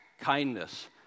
kindness